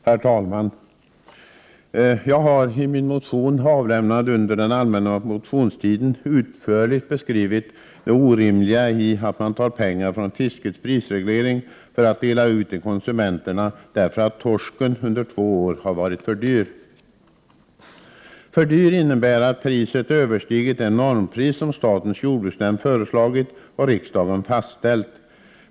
Herr talman! Jag har i min motion avlämnad under allmänna motionstiden utförligt beskrivit det orimliga i att man tar pengar från fiskets prisreglering för att dela ut till konsumenterna därför att torsken under två år varit för dyr. För dyr innebär att priset överstigit det normpris som statens jordbruksnämnd föreslagit och riksdagen fastställt.